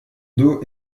dos